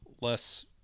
less